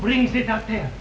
brings it up here